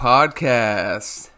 Podcast